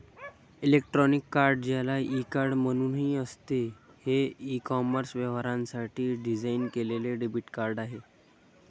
electronic card, ज्याला e card म्हणूनही असते, हे ई कॉमर्स व्यवहारांसाठी डिझाइन केलेले डेबिट कार्ड आहे